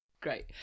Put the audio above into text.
Great